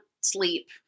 sleep